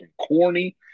corny